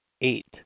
eight